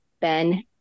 Ben